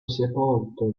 sepolto